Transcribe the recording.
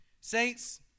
Saints